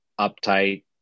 uptight